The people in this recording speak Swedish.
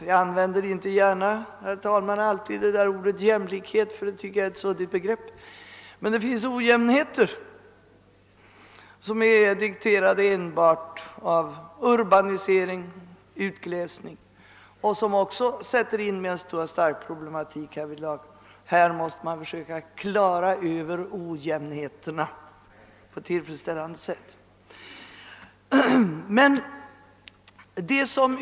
Jag använder inte gärna ordet jämlikhet, eftersom det är ett suddigt begrepp, men det finns ojämnheter som är dikterade enbart av urbanisering och utgles2» ning och som också föranleder stora problem. Dessa ojämnheter måste försöka klaras på ett tillfredsställande sätt.